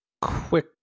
Quick